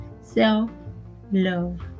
self-love